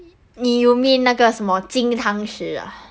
你 you mean 那个什么金汤匙啊